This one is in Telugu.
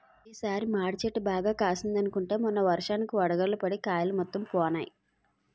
ఈ సారి మాడి చెట్టు బాగా కాసిందనుకుంటే మొన్న వర్షానికి వడగళ్ళు పడి కాయలు మొత్తం పోనాయి